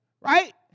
Right